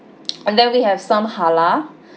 and then we have some halal